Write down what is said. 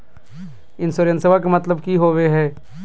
इंसोरेंसेबा के मतलब की होवे है?